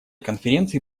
конференции